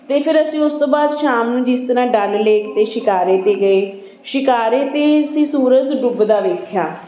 ਅਤੇ ਫੇਰ ਅਸੀਂ ਉਸ ਤੋਂ ਬਾਅਦ ਸ਼ਾਮ ਨੂੰ ਜਿਸ ਤਰ੍ਹਾਂ ਡੱਲ ਲੇਕ 'ਤੇ ਸ਼ਿਕਾਰੇ 'ਤੇ ਗਏ ਸ਼ਿਕਾਰੇ 'ਤੇ ਅਸੀਂ ਸੂਰਜ ਡੁੱਬਦਾ ਵੇਖਿਆ